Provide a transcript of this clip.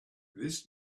this